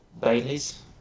Bailey's